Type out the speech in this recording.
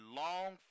long